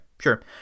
sure